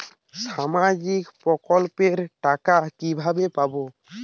সামাজিক প্রকল্পের টাকা কিভাবে পাব?